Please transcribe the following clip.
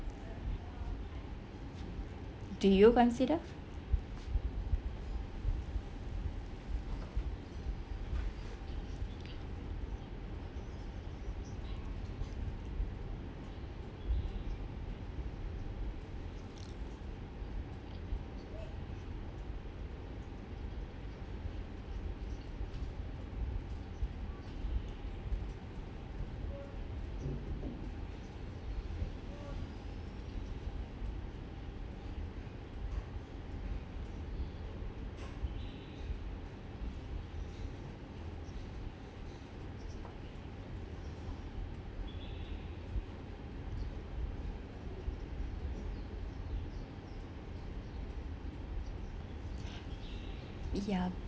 do you consider ya but